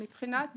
מבחינת